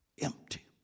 empty